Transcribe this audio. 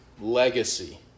legacy